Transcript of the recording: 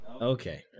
okay